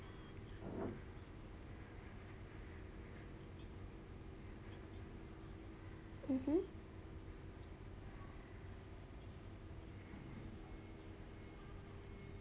mmhmm